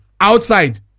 outside